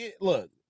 look